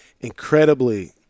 incredibly –